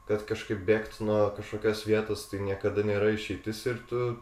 kad kažkaip bėgt nuo kažkokios vietos tai niekada nėra išeitis ir tu